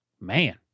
Man